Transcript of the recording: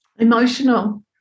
Emotional